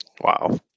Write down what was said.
Wow